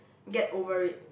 get over it